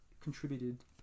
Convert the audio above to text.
contributed